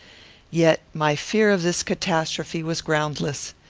yet my fear of this catastrophe was groundless.